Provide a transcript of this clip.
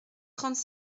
trente